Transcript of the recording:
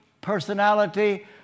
personality